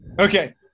Okay